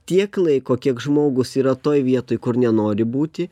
tiek laiko kiek žmogus yra toj vietoj kur nenori būti